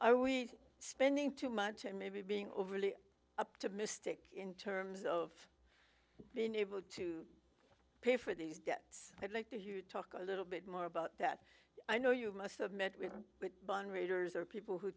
of spending too much and maybe being overly optimistic in terms of being able to pay for these debts i'd like to talk a little bit more about that i know you must have met with but bond traders are people who